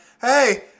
hey